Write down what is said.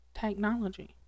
technology